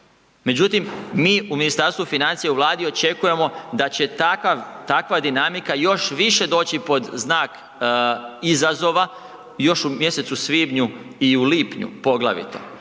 Međutim, mi u Ministarstvu financija i Vladi očekujemo da će takva dinamika još više doći pod znak izazova, još u mjesecu svibnju i u lipnju poglavito.